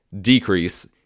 decrease